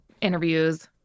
interviews